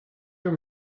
your